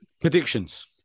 Predictions